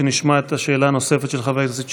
שנשמע את השאלה הנוספת של חבר הכנסת שירי,